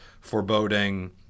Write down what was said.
foreboding